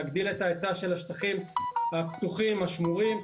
להגדיל את היצע השטחים הפתוחים והשמורים.